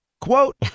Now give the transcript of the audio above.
Quote